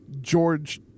George